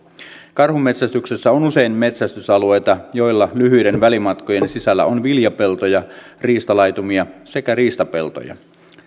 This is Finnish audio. karhunmetsästyksessä on usein metsästysalueita joilla lyhyiden välimatkojen sisällä on viljapeltoja riistalaitumia sekä riistapeltoja